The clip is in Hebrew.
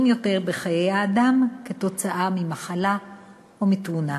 יותר בחיי האדם כתוצאה ממחלה או מתאונה.